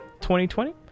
2020